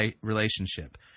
relationship